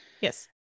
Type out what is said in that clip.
Yes